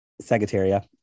Sagittaria